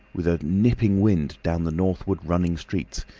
with a nipping wind down the northward running streets.